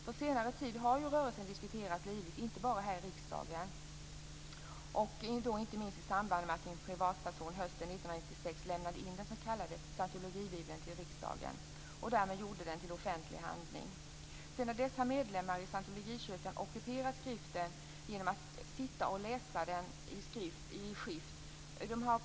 På senare tid har rörelsen diskuterats livligt - och inte bara här i riksdagen - inte minst i samband med att en privatperson hösten 1996 lämnade in den s.k. scientologbibeln till riskdagen. Därmed gjordes den till offentlig handling. Sedan dess har medlemmar ur scientologikyrkan ockuperat skriften genom att sitta och läsa den i skift.